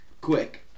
quick